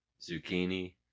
Zucchini